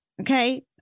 Okay